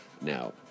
Now